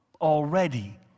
already